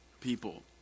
people